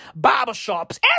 barbershops